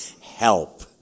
help